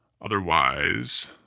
Otherwise